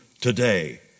today